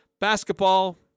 basketball